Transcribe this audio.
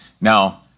Now